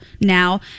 now